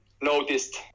noticed